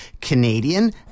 Canadian